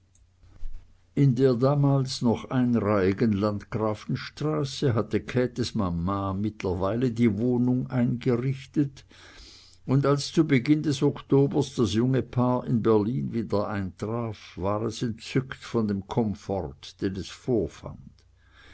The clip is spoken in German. in der damals noch einreihigen landgrafenstraße hatte käthes mama mittlerweile die wohnung eingerichtet und als zu beginn des oktobers das junge paar in berlin wieder eintraf war es entzückt von dem komfort den es vorfand